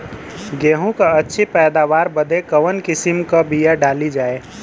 गेहूँ क अच्छी पैदावार बदे कवन किसीम क बिया डाली जाये?